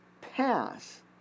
pass